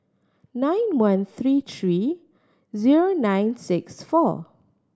nine one three three zero nine six four